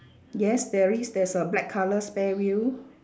yes there is there's a black colour spare wheel